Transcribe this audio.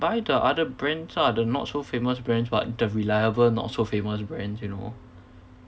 buy the other brands ah the not so famous brands [what] the reliable not so famous brands you know